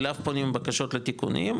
אליו פונים בקשות לתיקונים,